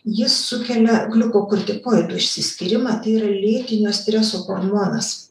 jis sukelia gliukokortikoidų išsiskyrimą ir lėtinio streso hormonas